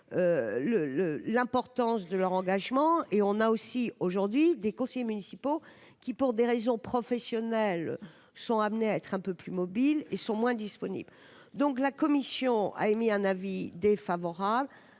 l'importance de leur engagement, et on a aussi aujourd'hui des municipaux qui, pour des raisons professionnelles sont amenés à être un peu plus mobile et sont moins disponible, donc la commission a émis un avis défavorable